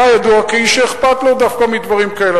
אתה דווקא ידוע כאיש שאכפת לו מדברים כאלה,